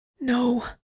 No